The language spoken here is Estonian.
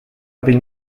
abil